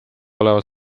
olevat